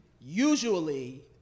Usually